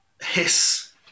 hiss